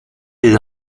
des